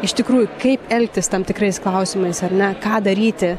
iš tikrųjų kaip elgtis tam tikrais klausimais ar ne ką daryti